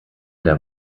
der